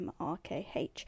MRKH